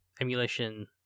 Emulation